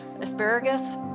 asparagus